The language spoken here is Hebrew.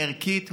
ערכית,